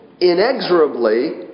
inexorably